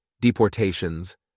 deportations